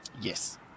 yes